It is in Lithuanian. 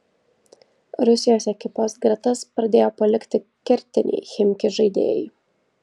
rusijos ekipos gretas pradėjo palikti kertiniai chimki žaidėjai